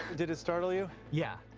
did it startle you? yeah.